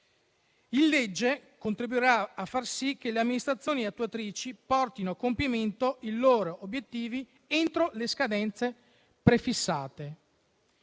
in legge, contribuirà a far sì che le amministrazioni attuatrici portino a compimento il loro obiettivi entro le scadenze prefissate.